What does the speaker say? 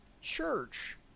church